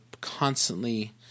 constantly